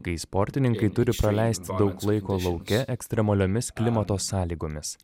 kai sportininkai turi praleisti daug laiko lauke ekstremaliomis klimato sąlygomis